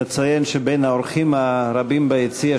נציין שבין האורחים הרבים ביציע,